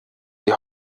die